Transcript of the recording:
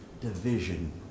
division